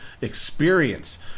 experience